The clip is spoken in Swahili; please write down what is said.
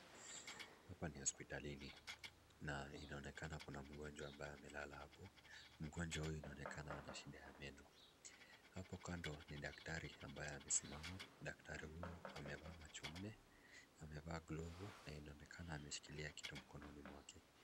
Hapa ni hospitalini na inaonekana kuna gonjwa mabaye amelala hapo, mgonjwa huyu anaonekana ana shida ya meno, hapo kando ni daktari ambaye amesimama, daktari huyu amevaa macho nne, amevaa glove na inaonekana akishikilia kitu mikononi mwake.